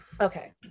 Okay